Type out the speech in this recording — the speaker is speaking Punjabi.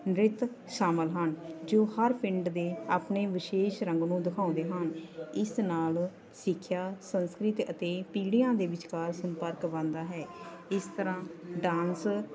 ਨ੍ਰਿਤ ਸ਼ਾਮਿਲ ਹਨ ਜੋ ਹਰ ਪਿੰਡ ਦੇ ਆਪਣੇ ਵਿਸ਼ੇਸ਼ ਰੰਗ ਨੂੰ ਦਿਖਾਉਂਦੇ ਹਨ ਇਸ ਨਾਲ ਸਿੱਖਿਆ ਸੰਸਕ੍ਰਿਤੀ ਅਤੇ ਪੀੜ੍ਹੀਆਂ ਦੇ ਵਿਚਕਾਰ ਸੰਪਰਕ ਬਣਦਾ ਹੈ ਇਸ ਤਰ੍ਹਾਂ ਡਾਂਸ